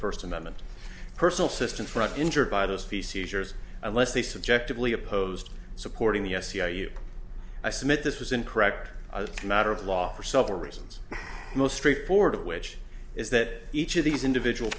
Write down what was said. first amendment personal system for injured by those p c users unless they subjectively opposed supporting the s c r you i submit this was incorrect a matter of law for several reasons most straightforward of which is that each of these individual